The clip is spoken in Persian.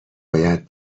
باید